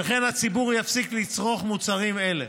שכן הציבור יפסיק לצרוך מוצרים אלה.